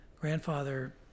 grandfather